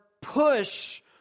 push